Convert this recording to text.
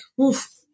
oof